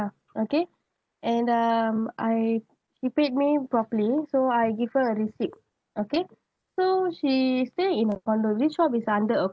okay and um I she paid me properly so I give her a receipt okay so she stay in a condo this shop is under a